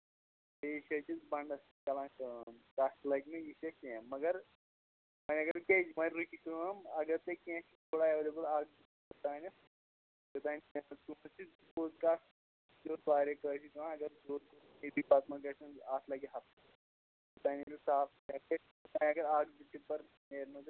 بیٚیہِ چھِ اَسہِ بنٛڈَس چلان کٲم تَتھ تہِ لَگہِ نہٕ یہِ سٮ۪کھ کیٚنہہ مَگر وۄنۍ اگر وۄنۍ رُکہِ کٲم اَگر ژےٚ کیٚنہہ چھِ تھوڑا اٮ۪ویلیبٔل اَکھ تانٮ۪تھ یوٚتام سارے کٲشِرۍ نِوان اَگر پَتہٕ مہ گژھن اَتھ لَگہِ ہَفتہٕ وۄنۍ اگر اَکھ زٕ ٹِپَر نیرنو تۄہہِ تہٕ